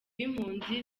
impunzi